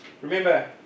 Remember